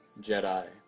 Jedi